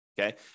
Okay